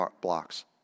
blocks